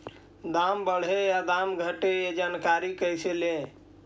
दाम बढ़े या दाम घटे ए जानकारी कैसे ले?